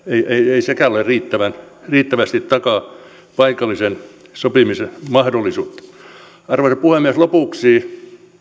ei sekään riittävästi takaa paikallisen sopimisen mahdollisuutta arvoisa puhemies lopuksi